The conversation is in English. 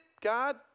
God